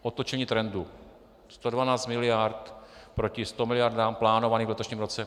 Otočení trendu: 112 miliard proti 100 miliardám, plánovaným v letošním roce.